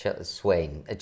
Swain